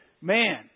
man